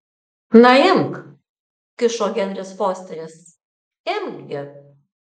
na imk kišo henris fosteris imk gi